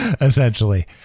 essentially